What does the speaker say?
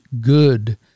good